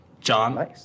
John